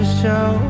show